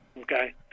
okay